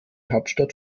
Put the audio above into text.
hauptstadt